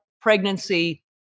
pregnancy